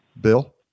Bill